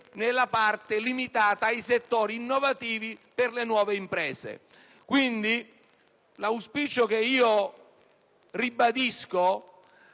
nella parte limitata ai settori innovativi per le nuove imprese. L'auspicio che ribadisco